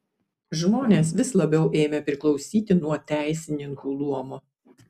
žmonės vis labiau ėmė priklausyti nuo teisininkų luomo